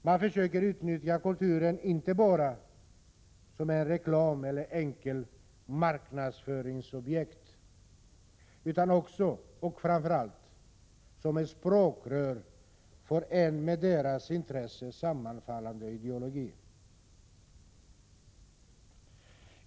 Man försöker utnyttja kulturen inte bara för reklam eller enkel marknadsföring, utan också och framför allt som språkrör för en med deras intressen sammanfallande ideologi.